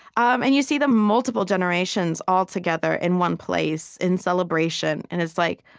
um and you see the multiple generations all together, in one place, in celebration. and it's like,